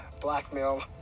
blackmail